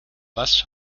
was